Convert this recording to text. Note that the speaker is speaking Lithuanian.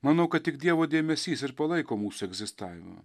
manau kad tik dievo dėmesys ir palaiko mūsų egzistavimą